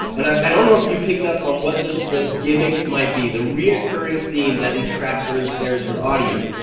and ah i don't know if you picked up on what the the gimmick might be, the recurring theme that entraps or ensnares your audience.